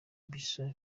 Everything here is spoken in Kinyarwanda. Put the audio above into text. bissau